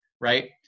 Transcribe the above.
Right